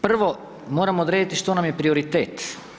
Prvom moramo odrediti što nam je prioritet.